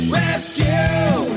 rescue